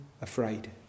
afraid